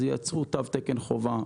אז ייצרו תו תקן חובה.